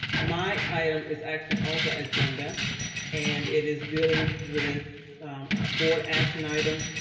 my item is actually on the agenda and it is dealing with a board action item.